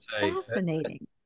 fascinating